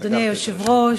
אדוני היושב-ראש,